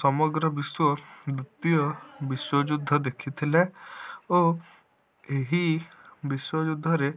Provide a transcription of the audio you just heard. ସମଗ୍ର ବିଶ୍ଵ ଦ୍ଵିତୀୟ ବିଶ୍ଵଯୁଦ୍ଧ ଦେଖିଥିଲେ ଓ ଏହି ବିଶ୍ଵଯୁଦ୍ଧରେ